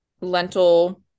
lentil